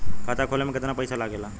खाता खोले में कितना पईसा लगेला?